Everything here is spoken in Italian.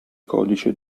codice